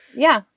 yeah.